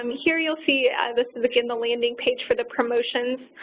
um here, you'll see this is again the landing page for the promotions,